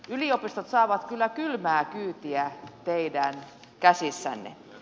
yliopistot saavat kyllä kylmää kyytiä teidän käsissänne